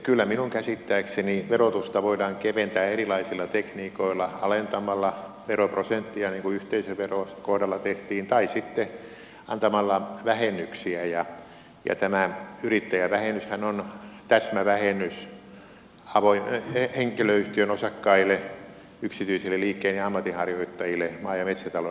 kyllä minun käsittääkseni verotusta voidaan keventää erilaisilla tekniikoilla alentamalla veroprosenttia niin kuin yhteisöveron kohdalla tehtiin tai sitten antamalla vähennyksiä ja tämä yrittäjävähennyshän on täsmävähennys henkilöyhtiön osakkaille yksityisille liikkeen ja ammatinharjoittajille maa ja metsätalouden harjoittajille